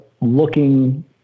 looking